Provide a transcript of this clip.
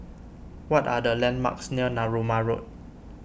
what are the landmarks near Narooma Road